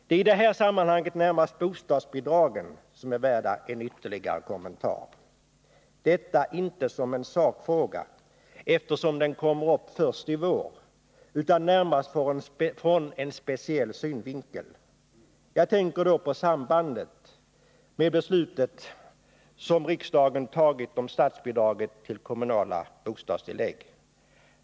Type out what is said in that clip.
Det är i det här sammanhanget närmast bostadsbidragen som är värda en ytterligare kommentar — detta inte som en sakfråga, eftersom den kommer upp först i vår, utan närmast ur en speciell synvinkel. Jag tänker då på sambandet med det beslut som riksdagen fattat om statsbidraget till kommunala bostadstillägg.